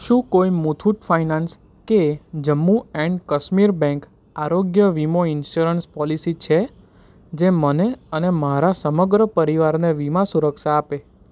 શું કોઈ મુથુટ ફાઇનાન્સ કે જમ્મુ એન્ડ કાશ્મીર બેંક આરોગ્ય વીમો ઈન્સ્યોરન્સ પોલીસી છે જે મને અને મારા સમગ્ર પરિવારને વીમા સુરક્ષા આપે